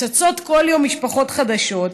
צצות כל יום משפחות חדשות,